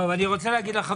אני אומר לחברים,